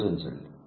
ఆలోచించండి